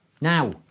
now